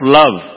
love